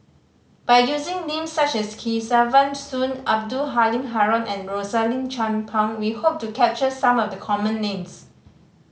by using names such as Kesavan Soon Abdul Halim Haron and Rosaline Chan Pang we hope to capture some of the common names